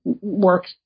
work